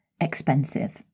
expensive